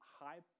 high